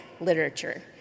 literature